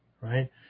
right